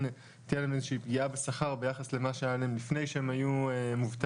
תהיה להם איזו שהיא פגיעה בשכר ביחס למה שהיה להם לפני שהם היו מובטלים,